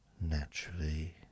Naturally